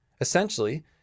Essentially